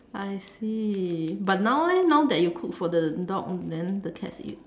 I see but now leh now that you cook for the dog then the cats eat